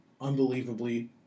unbelievably